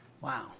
Wow